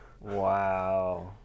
Wow